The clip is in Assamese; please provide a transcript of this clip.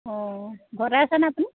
অঁ ঘৰতে আছেনে আপুনি